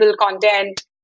content